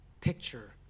picture